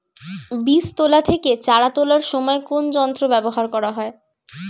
বীজ তোলা থেকে চারা তোলার সময় কোন যন্ত্র ব্যবহার করা হয়?